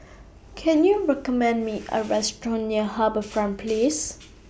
Can YOU recommend Me A Restaurant near HarbourFront Place